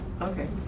okay